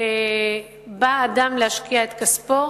כשבא אדם להשקיע את כספו,